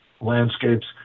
landscapes